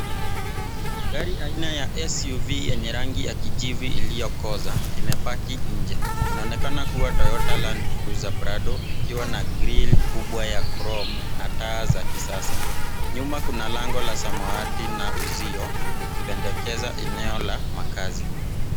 Gari aina ya SUV yenye rangi ya kijivu iliyokoza imepaki nje. Inaonekana kuwa Toyota Landcruiser Prado ikiwa na grill kubwa ya chrome na taa za kisasa. Nyuma kuna lango la samawati na uzio ikipendekeza eneo la makazi.